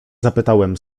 zapytałem